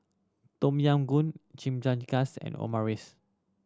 Tom Yam Goong Chimichangas and Omurice